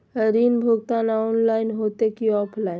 ऋण भुगतान ऑनलाइन होते की ऑफलाइन?